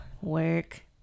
work